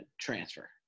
transfer